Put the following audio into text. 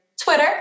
twitter